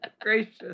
Gracious